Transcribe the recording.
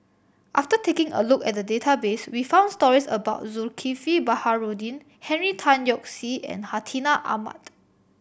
after taking a look at the database we found stories about Zulkifli Baharudin Henry Tan Yoke See and Hartinah Ahmad